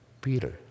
Peter